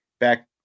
Back